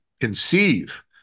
conceive